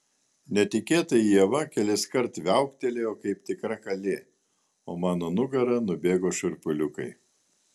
netikėtai ieva keliskart viauktelėjo kaip tikra kalė o mano nugara nubėgo šiurpuliukai